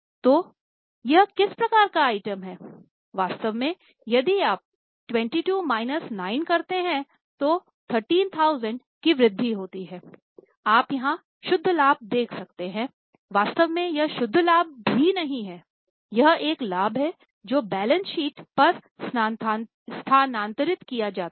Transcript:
तो यह किस प्रकार का आइटम है वास्तव में यदि आप 22 माइनस 9 करते हैं तो 13000 की वृद्धि होती है आप यहां शुद्ध लाभ देख सकते हैंवास्तव में यह शुद्ध लाभ भी नहीं है यह एक लाभ है जो बैलेंस शीट पर स्थानांतरित किया जाता है